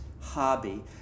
hobby